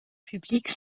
publique